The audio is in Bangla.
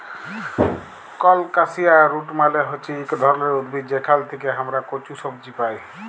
কলকাসিয়া রুট মালে হচ্যে ইক ধরলের উদ্ভিদ যেখাল থেক্যে হামরা কচু সবজি পাই